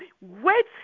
wait